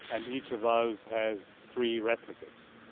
and each of those has three replicates.